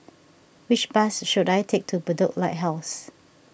which bus should I take to Bedok Lighthouse